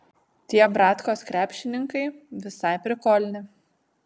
tie bratkos krepšininkai visai prikolni